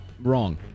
Wrong